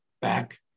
back